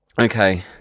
Okay